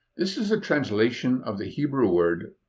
this is a translation of the hebrew word,